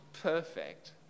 perfect